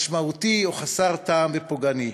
משמעותי או חסר טעם ופוגעני.